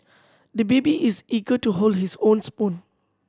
the baby is eager to hold his own spoon